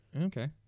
Okay